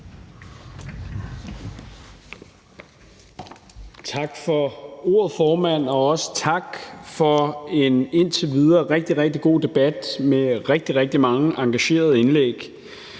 Tak for ordet, formand. Og også tak for en indtil videre rigtig, rigtig god debat med rigtig, rigtig mange engagerede indlæg.